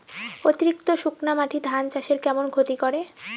অতিরিক্ত শুকনা মাটি ধান চাষের কেমন ক্ষতি করে?